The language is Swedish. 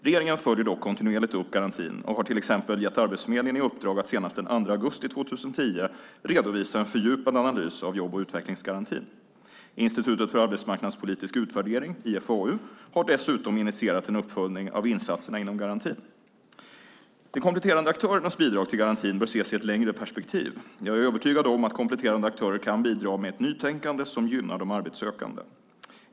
Regeringen följer dock kontinuerligt upp garantin och har till exempel gett Arbetsförmedlingen i uppdrag att senast den 2 augusti 2010 redovisa en fördjupad analys av jobb och utvecklingsgarantin. Institutet för arbetsmarknadspolitisk utvärdering, IFAU, har dessutom initierat en uppföljning av insatserna inom garantin. De kompletterande aktörernas bidrag till garantin bör ses i ett längre perspektiv. Jag är övertygad om att kompletterande aktörer kan bidra med ett nytänkande som gynnar de arbetssökande.